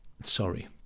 Sorry